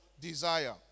desire